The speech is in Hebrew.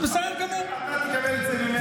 אתה תקבל את זה ממני,